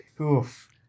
Oof